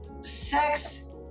Sex